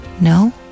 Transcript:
No